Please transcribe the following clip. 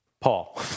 Paul